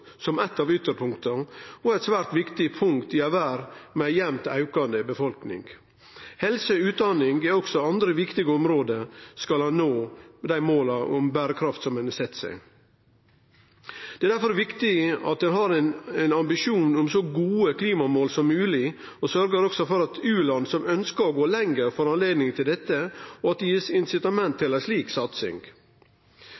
som eitt av ytterpunkta og eit svært viktig punkt i ei verd med eit jamt aukande folketal. Helse og utdanning er også andre viktige område, skal ein nå dei måla om berekraft ein har sett seg. Det er derfor viktig å ha ein ambisjon om så gode klimamål som mogleg, og at ein også sørgjer for at u-land som ønskjer å gå lenger, får anledning til dette, og at det